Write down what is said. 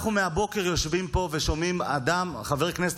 אנחנו מהבוקר יושבים פה ושומעים חבר כנסת